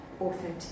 authentic